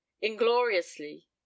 Ingloriously